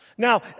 Now